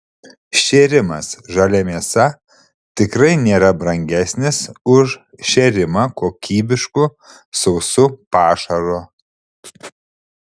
šėrimas žalia mėsa tikrai nėra brangesnis už šėrimą kokybišku sausu pašaru